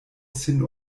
sin